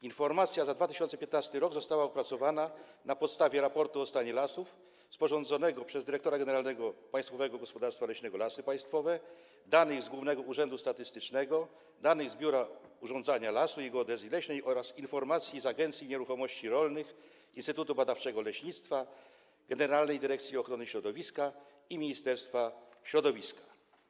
Informacja za 2015 r. została opracowana na podstawie raportu o stanie lasów sporządzonego przez dyrektora generalnego Państwowego Gospodarstwa Leśnego Lasy Państwowe, danych z Głównego Urzędu Statystycznego, danych z Biura Urządzania Lasu i Geodezji Leśnej oraz informacji z Agencji Nieruchomości Rolnych, Instytutu Badawczego Leśnictwa, Generalnej Dyrekcji Ochrony Środowiska i Ministerstwa Środowiska.